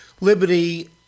liberty